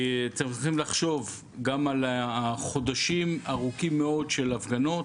צריכים לחשוב גם על החודשים הארוכים-מאוד של ההפגנות.